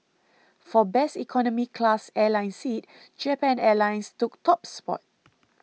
for best economy class airline seat Japan Airlines took top spot